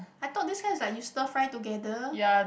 I thought this kind is like you stir fry together